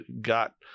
got